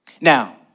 Now